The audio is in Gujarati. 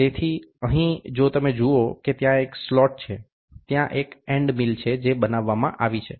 તેથી અહીં જો તમે જુઓ કે ત્યાં એક સ્લોટ છે ત્યાં એક એન્ડ મિલ છે જે બનાવવામાં આવી છે